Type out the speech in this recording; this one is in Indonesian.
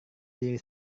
diri